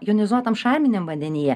jonizuotam šarminiam vandenyje